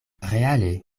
reale